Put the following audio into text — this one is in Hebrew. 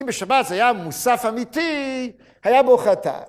בשבת זה היה מוסף אמיתי, היה בו חטאת